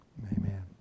Amen